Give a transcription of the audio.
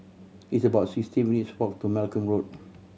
it's about sixty minutes' walk to Malcolm Road